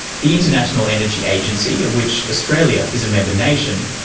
the international energy agency, of which australia is a member nation,